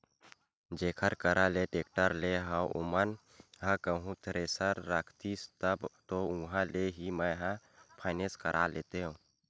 जेखर करा ले टेक्टर लेय हव ओमन ह कहूँ थेरेसर रखतिस तब तो उहाँ ले ही मैय फायनेंस करा लेतेव